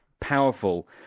powerful